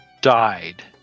died